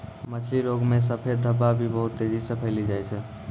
मछली रोग मे सफेद धब्बा भी बहुत तेजी से फैली जाय छै